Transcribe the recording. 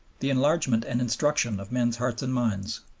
the enlargement and instruction of men's hearts and minds,